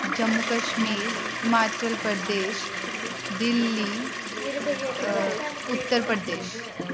Jammu Kashmir Himachal Pradesh Delhi Uttar Pradesh